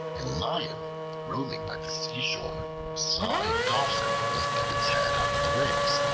a lion roaming by the seashore saw a dolphin lift up its head out of the waves,